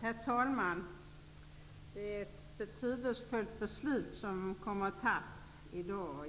Herr talman! Det är ett betydelsefullt beslut